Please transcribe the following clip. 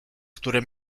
które